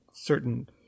certain